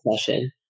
session